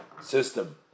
system